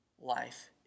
life